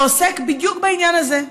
שעוסק בדיוק בעניין הזה,